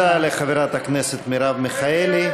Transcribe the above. תודה לחברת הכנסת מרב מיכאלי.